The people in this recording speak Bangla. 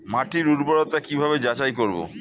মাটির উর্বরতা কি ভাবে যাচাই করব?